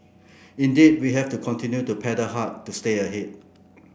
indeed we have to continue to paddle hard to stay ahead